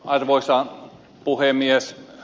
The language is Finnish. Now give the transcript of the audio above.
arvoisa puhemies